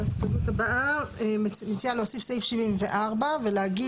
ההסתייגות הבאה מציעה להוסיף 74 ולהגיד